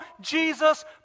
Jesus